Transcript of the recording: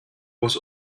was